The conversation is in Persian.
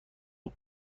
اَپ